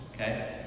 okay